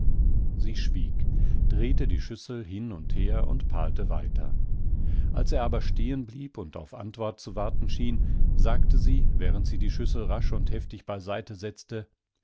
sie schwieg drehte die schüssel hin und her und palte weiter als er aber stehen blieb und auf antwort zu warten schien sagte sie während sie die schüssel rasch und heftig bei seite setzte